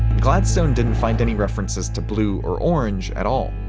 gladstone didn't find any references to blue or orange at all.